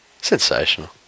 sensational